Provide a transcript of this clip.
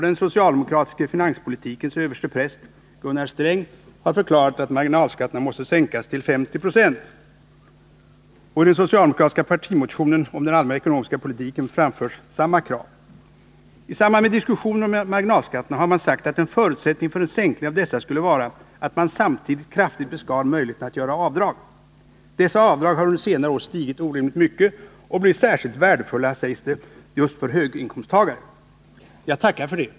Den socialdemokratiska finanspolitikens överstepräst, Gunnar Sträng, har förklarat att marginalskatterna måste sänkas till 50 96, och i den socialdemokratiska partimotionen om den allmänna ekonomiska politiken framförs samma krav. I samband med diskussionen om marginalskatterna har man sagt att en förutsättning för en sänkning av dessa skulle vara att man samtidigt kraftigt beskär möjligheterna att göra avdrag. Dessa avdrag har under senare år stigit orimligt mycket och blir särskilt värdefulla, sägs det, just för höginkomsttagare. Ja, tacka för det!